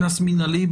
קנס מנהלי,